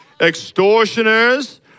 extortioners